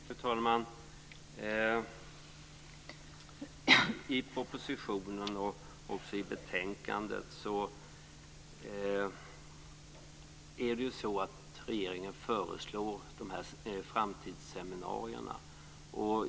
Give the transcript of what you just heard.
Fru talman! I propositionen och också i betänkandet föreslår regeringen framtidsseminarier.